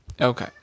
Okay